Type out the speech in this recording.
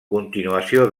continuació